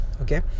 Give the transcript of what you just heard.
okay